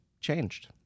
changed